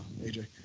AJ